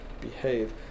behave